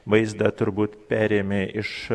vaizdą turbūt perėmė iš